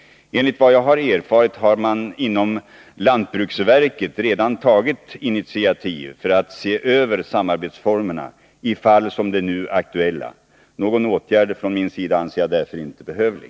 Enligt vad jag har erfarit har inom lantbruksverket redan tagits initiativ för att se över samarbetsformerna i fall som det nu aktuella. Någon åtgärd från min sida anser jag därför inte behövlig.